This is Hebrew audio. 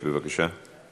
בבקשה.